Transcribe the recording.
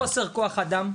חוסר כוח אדם.